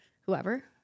whoever